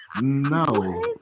No